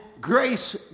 grace